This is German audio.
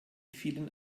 vielen